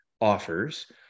offers